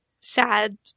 sad